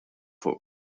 fuq